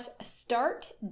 start